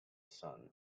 son